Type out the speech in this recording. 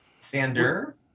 Sander